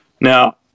Now